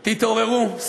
תתעוררו,